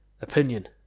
opinion